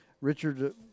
Richard